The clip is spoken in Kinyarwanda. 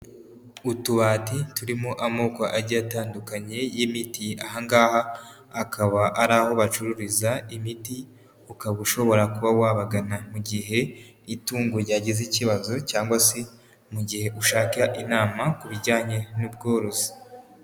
Utubati turimo amoko agiye atandukanye y'imiti. Aha ngaha akaba ari aho bacururiza imiti, ukaba ushobora kuba wabagana mu igihe itungo ryagize ikibazo cyangwa se mu gihe ushaka inama ku bijyanye n'ubworozi.